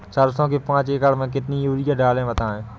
सरसो के पाँच एकड़ में कितनी यूरिया डालें बताएं?